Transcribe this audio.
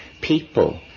people